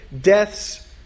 death's